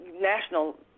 national